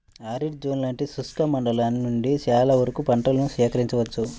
arid zone లాంటి శుష్క మండలం నుండి చాలా వరకు పంటలను సేకరించవచ్చు